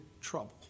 trouble